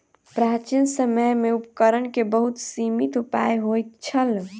प्राचीन समय में उपकरण के बहुत सीमित उपाय होइत छल